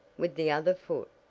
with the other foot.